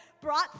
brought